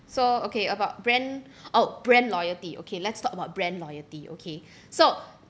so okay about brand oh brand loyalty okay let's talk about brand loyalty okay so